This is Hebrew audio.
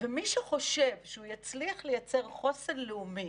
ומי שחושב שהוא יצליח לייצר חוסן לאומי